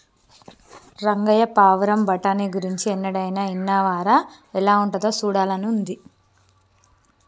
రంగయ్య పావురం బఠానీ గురించి ఎన్నడైనా ఇన్నావా రా ఎలా ఉంటాదో సూడాలని ఉంది